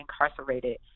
incarcerated